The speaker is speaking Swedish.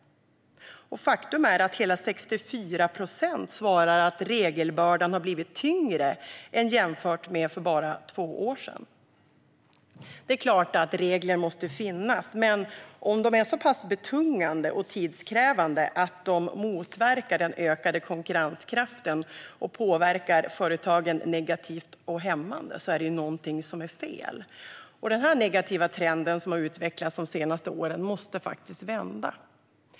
Faktum är att hela 64 procent svarar att regelbördan har blivit tyngre jämfört med för bara två år sedan. Det är klart att regler måste finnas, men om de är så pass betungande och tidskrävande att de motverkar den ökade konkurrenskraften och påverkar företagen negativt och hämmande är det ju någonting som är fel. Den negativa trend som har utvecklats de senaste åren måste faktiskt vända.